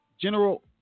general